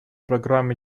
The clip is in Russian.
программы